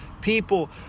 people